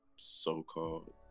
so-called